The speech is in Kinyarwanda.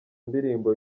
ndirimbo